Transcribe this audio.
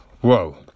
whoa